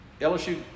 LSU